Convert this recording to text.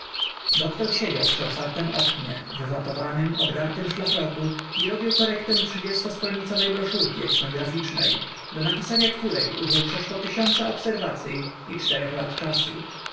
doktor siedział przy otwartem oknie w watowanym obdartym szlafroku i robił korektę trzydziesto stronicowej broszurki etnograficznej do napisania której użył przeszło tysiąca obserwacyj i czterech lat czasu